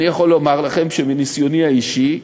אני יכול לומר לכם שמניסיוני האישי,